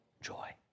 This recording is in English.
joy